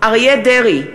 אריה דרעי,